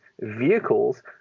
vehicles